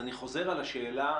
אני חוזר על השאלה